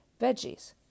veggies